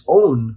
own